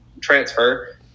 transfer